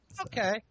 Okay